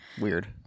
Weird